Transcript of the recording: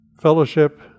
fellowship